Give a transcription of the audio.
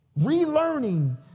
Relearning